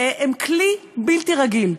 הן כלי בלתי רגיל.